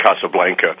Casablanca